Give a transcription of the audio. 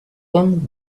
him